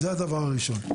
זה הדבר הראשון.